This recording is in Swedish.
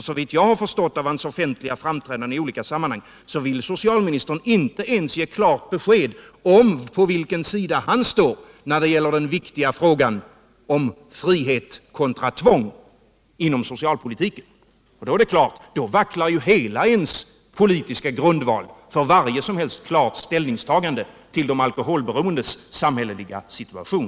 Såvitt jag har förstått av socialministerns offentliga framträdanden i olika sammanhang vill han inte ens ge klart besked om på vilken sida han står i den viktiga frågan om frihet kontra tvång inom socialpolitiken. Därför vacklar ju hela ens politiska grundval för varje som helst ställningstagande till de alkoholberoendes samhälleliga situation.